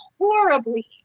horribly